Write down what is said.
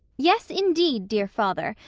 yes indeed dear father,